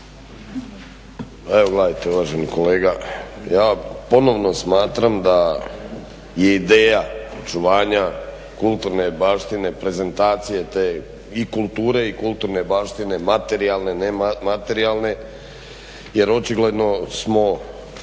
Gledajte uvaženi kolega, ja ponovno smatram da je ideja očuvanja kulturne baštine, prezentacije te i kulture i kulturne baštine, materijalne, nematerijalne, jer očigledno smo